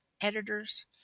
editors